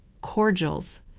cordials